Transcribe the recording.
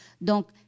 Donc